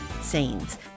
scenes